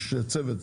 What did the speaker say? יש צוות.